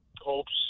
hopes